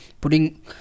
putting